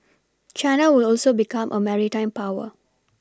China will also become a maritime power